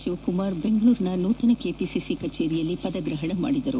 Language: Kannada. ಶಿವಕುಮಾರ್ ಬೆಂಗಳೂರಿನ ನೂತನ ಕೆಪಿಸಿ ಕಜೇರಿಯಲ್ಲಿ ಪದಗ್ರಹಣ ಮಾಡಿದರು